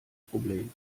problem